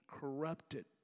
corrupted